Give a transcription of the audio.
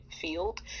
field